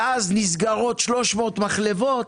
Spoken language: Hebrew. ואז נסגרות 300 מחלבות